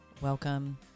Welcome